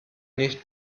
nicht